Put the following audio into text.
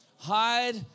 Hide